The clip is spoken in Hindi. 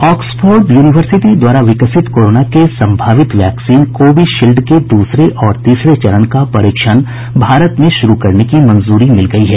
ऑक्सफोर्ड यूनिवर्सिटी द्वारा विकसित कोरोना के संभावित वैक्सीन कोविशील्ड के दूसरे और तीसरे चरण का परीक्षण भारत में शुरू करने की मंजूरी मिल गयी है